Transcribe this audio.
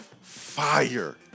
fire